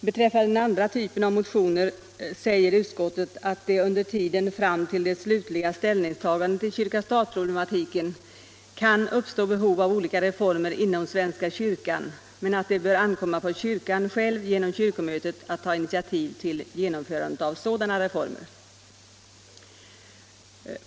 Beträffande den andra typen av motioner säger utskottet att det under tiden fram till det slutliga ställningstagandet i kyrka-stat-problematiken kan uppstå behov av olika reformer inom svenska kyrkan men att det bör ankomma på kyrkan själv genom kyrkomötet att ta initiativ till genomförandet av sådana reformer.